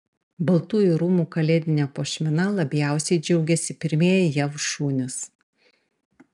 baltųjų rūmų kalėdine puošmena labiausiai džiaugiasi pirmieji jav šunys